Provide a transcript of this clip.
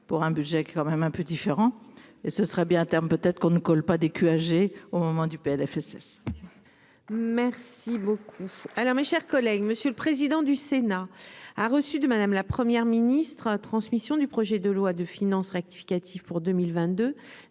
pour un budget qui est quand même un peu différent et ce serait bien, terme peut-être qu'on ne colle pas des âgé au moment du PLFSS. Merci beaucoup. Alors, mes chers collègues, monsieur le président du Sénat a reçu de madame la première ministre transmission du projet de loi de finances rectificative pour 2022